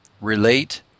relate